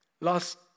Last